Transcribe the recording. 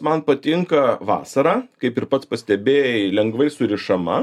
man patinka vasarą kaip ir pats pastebėjai lengvai surišama